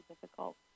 difficult